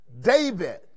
David